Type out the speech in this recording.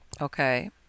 Okay